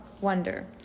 Wonder